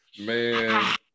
Man